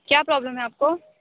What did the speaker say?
کیا پرابلم ہے آپ کو